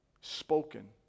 spoken